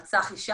הוא רצח אישה,